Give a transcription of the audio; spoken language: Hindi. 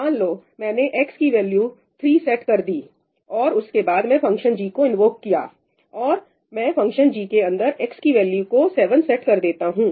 मान लो मैंने x की वैल्यू 3 सेट कर दी और उसके बाद मैंने फंक्शन g को इन्वोक किया और मैं फंक्शन g के अंदर x की वैल्यू को 7 सेट कर देता हूं